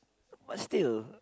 but still